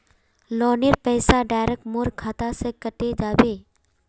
लोनेर पैसा डायरक मोर खाता से कते जाबे?